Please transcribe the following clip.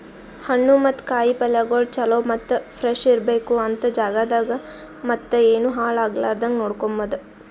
ಹಣ್ಣು ಮತ್ತ ಕಾಯಿ ಪಲ್ಯಗೊಳ್ ಚಲೋ ಮತ್ತ ಫ್ರೆಶ್ ಇರ್ಬೇಕು ಅಂತ್ ಜಾಗದಾಗ್ ಮತ್ತ ಏನು ಹಾಳ್ ಆಗಲಾರದಂಗ ನೋಡ್ಕೋಮದ್